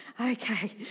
Okay